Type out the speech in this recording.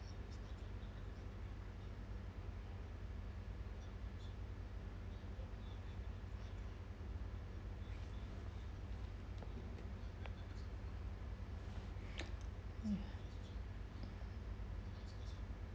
mm